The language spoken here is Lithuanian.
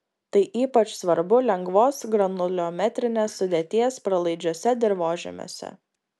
tai ypač svarbu lengvos granuliometrinės sudėties pralaidžiuose dirvožemiuose